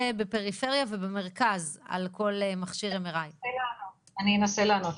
בפריפריה ובמרכז על כל מכשיר MRI. אני אנסה לענות.